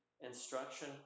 instruction